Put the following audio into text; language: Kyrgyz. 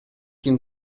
ким